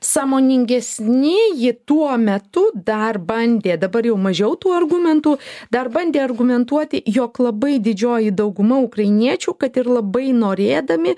sąmoningesnieji tuo metu dar bandė dabar jau mažiau tų argumentų dar bandė argumentuoti jog labai didžioji dauguma ukrainiečių kad ir labai norėdami